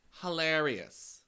hilarious